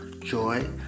joy